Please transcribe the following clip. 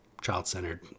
child-centered